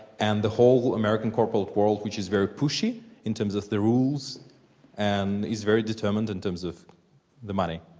and the whole american corporate world, which is very pushy in terms of their rules and is very determined in terms of the money?